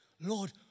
Lord